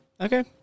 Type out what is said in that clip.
Okay